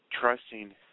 trusting